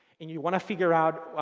and you want to figure out